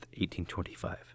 1825